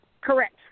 Correct